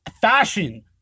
Fashion